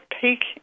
peak